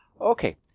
Okay